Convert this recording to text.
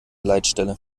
leitstelle